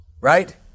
Right